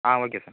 ah okay sir